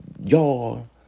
y'all